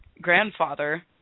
grandfather